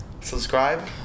subscribe